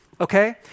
okay